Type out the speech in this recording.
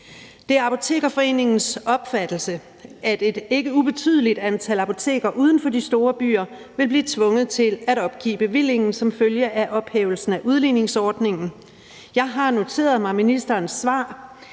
Det er Apotekerforeningens opfattelse, at et ikke ubetydeligt antal apoteker uden for de store byer vil blive tvunget til at opgive bevillingen som følge af ophævelsen af udligningsordningen. Jeg har noteret mig ministerens svar